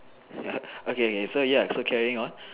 ya okay okay so ya so carrying on